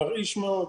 מרעיש מאוד,